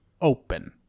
open